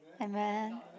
Amen